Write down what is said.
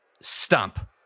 Stump